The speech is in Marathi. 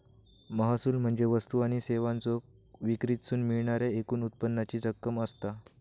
महसूल म्हणजे वस्तू आणि सेवांच्यो विक्रीतसून मिळणाऱ्या एकूण उत्पन्नाची रक्कम असता